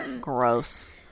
gross